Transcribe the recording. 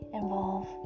involve